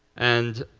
and